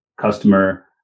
customer